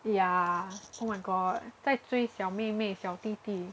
ya oh my god 在追小妹妹小弟弟